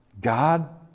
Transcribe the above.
God